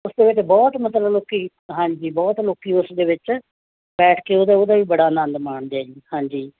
ਉਸ ਦੇ ਵਿੱਚ ਬਹੁਤ ਮਤਲਬ ਲੋਕ ਹਾਂਜੀ ਬਹੁਤ ਲੋਕ ਉਸਦੇ ਵਿੱਚ ਬੈਠ ਕੇ ਉਹਦਾ ਉਹਦਾ ਵੀ ਬੜਾ ਅਨੰਦ ਮਾਣਦੇ ਹੈ ਜੀ ਹਾਂਜੀ